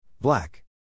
Black